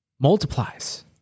multiplies